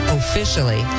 officially